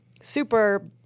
super